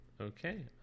Okay